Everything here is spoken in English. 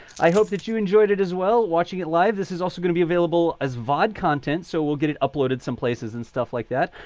i hope that you enjoyed it as well, watching it live. this is also going to be available as vod content. so we'll get it uploaded some places and stuff like that.